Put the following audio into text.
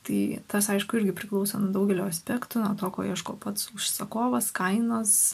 taigi tas aišku irgi priklauso nuo daugelio aspektų nuo to ko ieško pats užsakovas kainos